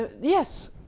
yes